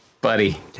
buddy